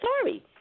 sorry